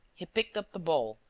he picked up the ball,